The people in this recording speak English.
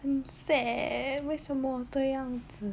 sad eh 为什么这样子